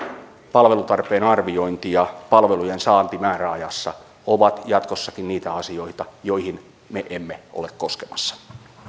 palvelutarpeen arviointi ja palvelujen saanti määräajassa ovat jatkossakin niitä asioita joihin me emme ole koskemassa